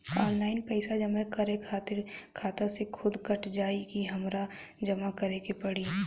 Online पैसा जमा करे खातिर खाता से खुदे कट जाई कि हमरा जमा करें के पड़ी?